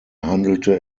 handelte